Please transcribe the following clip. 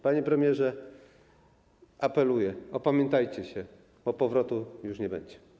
Panie premierze, apeluję, opamiętajcie się, bo powrotu już nie będzie.